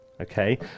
okay